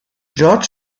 georg